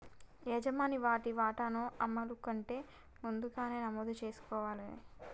యజమాని వాటి వాటాను అమలును కంటే ముందుగానే నమోదు చేసుకోవాలి